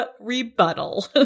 rebuttal